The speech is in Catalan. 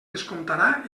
descomptarà